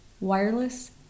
Wireless